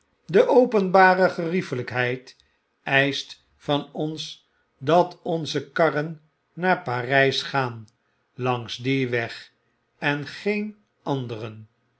de openbare geriefelykheid eischt van ons dat onze karren naar parys gaan langs dien weg en geen anderen